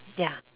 ya